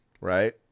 right